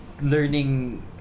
learning